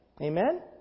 Amen